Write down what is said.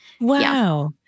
Wow